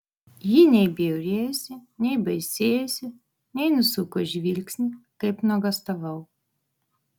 ji nei bjaurėjosi nei baisėjosi nei nusuko žvilgsnį kaip nuogąstavau